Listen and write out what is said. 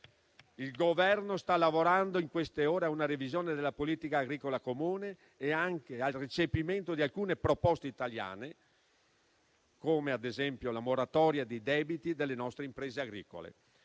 Il Governo sta lavorando in queste ore a una revisione della politica agricola comune e anche al recepimento di alcune proposte italiane, come ad esempio la moratoria dei debiti delle nostre imprese agricole.